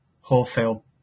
wholesale